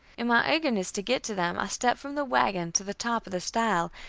in my eagerness to get to them, i stepped from the wagon to the top of the stile,